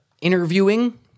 interviewing